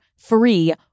free